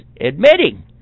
admitting